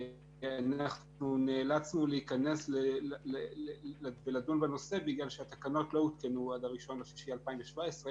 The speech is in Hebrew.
אנחנו נאלצנו להיכנס ולדון בנושא בגלל שהתקנות לא הותקנו עד 1.6.2017,